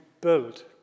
build